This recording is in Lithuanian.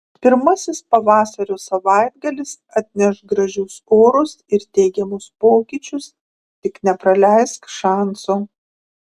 pirmasis pavasario savaitgalis atneš gražius orus ir teigiamus pokyčius tik nepraleisk šanso